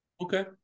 Okay